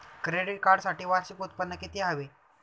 Credit कार्डसाठी वार्षिक उत्त्पन्न किती हवे?